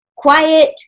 quiet